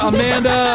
Amanda